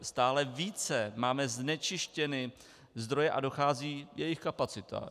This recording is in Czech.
Stále více máme znečištěny zdroje a dochází jejich kapacita.